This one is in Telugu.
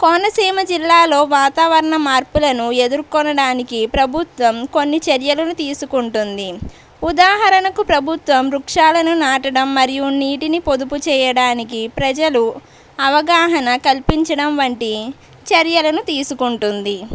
కోనసీమ జిల్లాలో వాతావరణ మార్పులను ఎదుర్కొనడానికి ప్రభుత్వం కొన్ని చర్యలను తీసుకుంటుంది ఉదాహరణకు ప్రభుత్వం వృక్షాలను నాటడం మరియు నీటిని పొదుపు చేయడానికి ప్రజలు అవగాహన కల్పించడం వంటి చర్యలను తీసుకుంటుంది